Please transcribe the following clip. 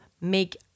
make